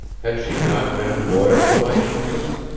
had she not been loyal to my interests,